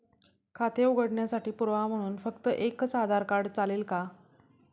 खाते उघडण्यासाठी पुरावा म्हणून फक्त एकच आधार कार्ड चालेल का?